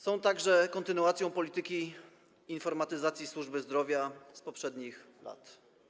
Są one także kontynuacją polityki informatyzacji służby zdrowia z poprzednich lat.